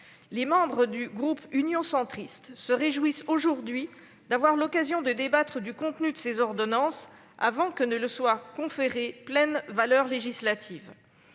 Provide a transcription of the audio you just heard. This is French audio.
Les membres du groupe Union Centriste se réjouissent aujourd'hui d'avoir l'occasion de débattre du contenu de ces ordonnances avant que leur soit conférée pleine valeur législative.